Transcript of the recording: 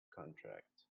contract